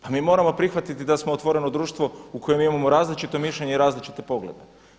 Mi moramo prihvatiti da smo otvoreno društvo u kojem imamo različito mišljenje i različite poglede.